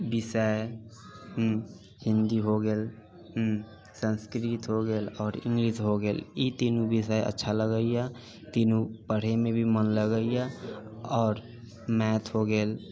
विषय हिन्दी हो गेल संस्कृत हो गेल आओर इंग्लिश हो गेल ई तीनू विषय अच्छा लगैए तीनू पढ़ैमे भी मन लगैए आओर मैथ हो गेल